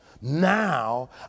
Now